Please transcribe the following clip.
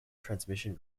transmission